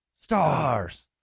Stars